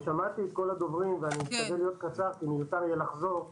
שמעתי את כל הדוברים ואשתדל לקצר כי מיותר לחזור.